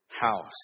house